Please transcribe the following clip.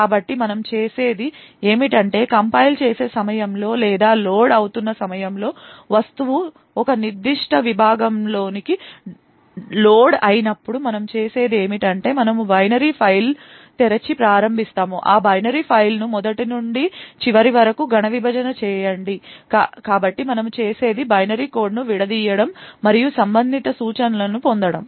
కాబట్టి మనము చేసేది ఏమిటంటే కంపైల్ చేసే సమయంలో లేదా లోడ్ అవుతున్న సమయంలో వస్తువు ఒక నిర్దిష్ట విభాగమునులోకి లోడ్ అయినప్పుడు మనము చేసేది ఏమిటంటే మనము బైనరీ ఫైల్ తెరిచి ప్రారంభిస్తాము ఆ బైనరీ ఫైల్ను మొదటి నుండి చివరి వరకు గణ విభజన చేయండి కాబట్టి మనము చేసేది బైనరీ కోడ్ను విడదీయడం మరియు సంబంధిత సూచనలను పొందడం